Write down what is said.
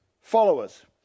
followers